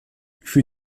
für